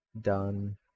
done